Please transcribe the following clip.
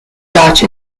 judge